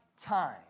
time